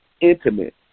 intimate